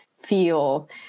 feel